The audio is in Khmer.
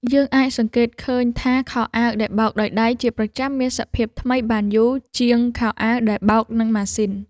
យើងអាចសង្កេតឃើញថាខោអាវដែលបោកដោយដៃជាប្រចាំមានសភាពថ្មីបានយូរជាងខោអាវដែលបោកនឹងម៉ាស៊ីន។